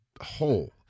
whole